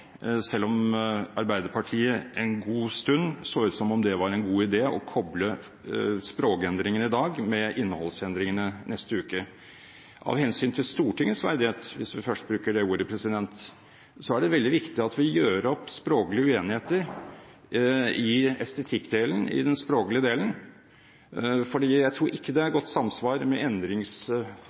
selv om det for Arbeiderpartiet en god stund så ut som om det var en god idé å koble språkendringene i dag med innholdsendringene neste uke. Av hensyn til Stortingets verdighet, hvis vi først bruker det ordet, er det veldig viktig at vi gjør opp språklige uenigheter i estetikkdelen, i den språklige delen. Jeg tror ikke det er godt samsvar med